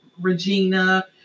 Regina